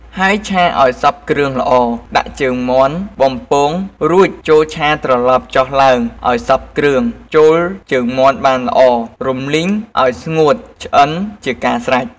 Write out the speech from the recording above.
ហើយឆាឱ្យសព្វគ្រឿងល្អ ដាក់ជើងមាន់បំពងរួចចូលឆាត្រឡប់ចុះឡើងឱ្យសព្វគ្រឿង ចូលជើងមាន់បានល្អ រំលីងឱ្យស្ងួតឆ្អិនជាការស្រេច។